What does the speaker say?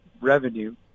revenue